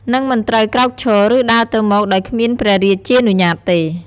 និងមិនត្រូវក្រោកឈរ ឬដើរទៅមក ដោយគ្មានព្រះរាជានុញ្ញាតទេ។